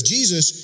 Jesus